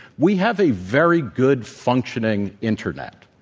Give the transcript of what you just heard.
we have a very good, functioning internet,